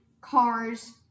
cars